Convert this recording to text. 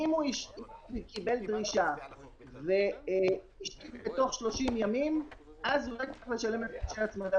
שזה "סכום היתר יוחזר בתוספת הפרשי הצמדה